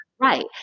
Right